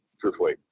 truthfully